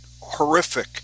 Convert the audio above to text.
horrific